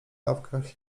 dawkach